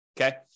okay